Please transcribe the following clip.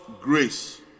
grace